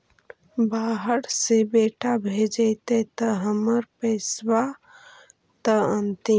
बाहर से बेटा भेजतय त हमर पैसाबा त अंतिम?